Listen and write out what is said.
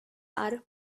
are